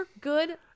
good